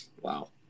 Wow